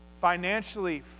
financially